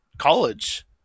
college